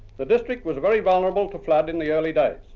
the district was very vulnerable to flood in the early days.